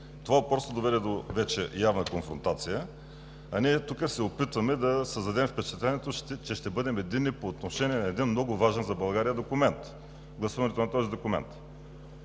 което доведе вече до явна конфронтация, а ние се опитваме да създадем впечатлението, че ще бъдем единни по отношение на един много важен за България документ – гласуването на този документ.